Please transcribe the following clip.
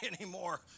anymore